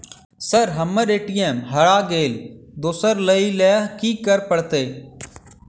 Sir हम्मर ATM हरा गइलए दोसर लईलैल की करऽ परतै?